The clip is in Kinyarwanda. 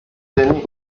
danny